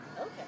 Okay